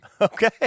Okay